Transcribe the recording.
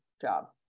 job